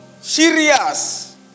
serious